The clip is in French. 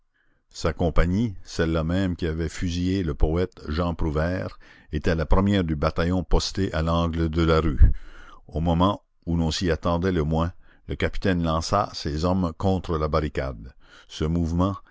sa compagnie celle-là même qui avait fusillé le poète jean prouvaire était la première du bataillon posté à l'angle de la rue au moment où l'on s'y attendait le moins le capitaine lança ses hommes contre la barricade ce mouvement